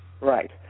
Right